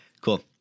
Cool